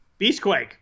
Beastquake